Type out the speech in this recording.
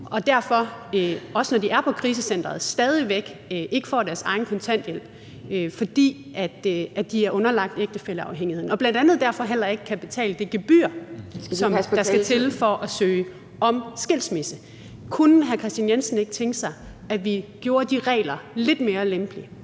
og derfor får de stadig væk ikke deres egen kontanthjælp, når de er på krisecenteret, fordi de er underlagt ægtefælleafhængigheden. Derfor kan de bl.a. heller ikke betale det gebyr, der skal til for at søge om skilsmisse. Kunne hr. Kristian Jensen ikke tænke sig, at vi gjorde de regler lidt mere lempelige?